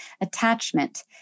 attachment